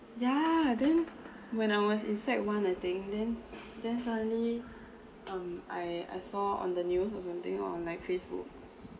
yeah then when I was in sec~ one I think then then suddenly um I I saw on the news or something or like Facebook